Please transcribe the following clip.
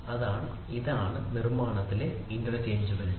അതിനാൽ അതാണ് നിർമ്മാണത്തിലെ ഇന്റർചേഞ്ചബിലിറ്റി